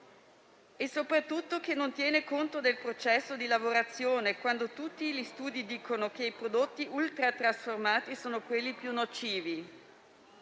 di pesticidi, non tiene conto del processo di lavorazione quando tutti gli studi dicono che i prodotti ultra trasformati sono quelli più nocivi.